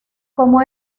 como